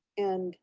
and